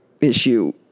issue